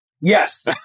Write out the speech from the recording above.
Yes